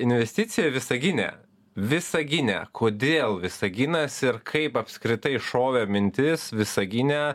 investiciją visagine visagine kodėl visaginas ir kaip apskritai šovė mintis visagine